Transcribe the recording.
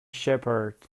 shepherd